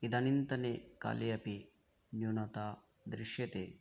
इदानीन्तने काले अपि न्यूनता दृश्यते